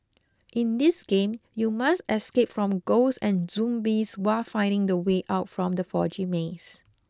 in this game you must escape from ghosts and zombies while finding the way out from the foggy maze